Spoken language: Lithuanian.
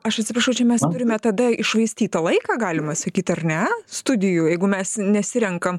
aš atsiprašau čia mes turime tada iššvaistytą laiką galima sakyt ar ne studijų jeigu mes nesirenkam